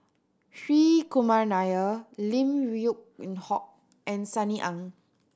Hri Kumar Nair Lim Yew Hock and Sunny Ang